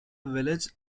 village